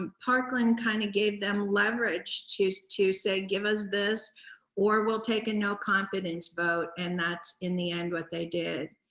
um parkland kinda kind of gave them leverage to to say give us this or we'll take a no confidence vote and that's, in the end, what they did.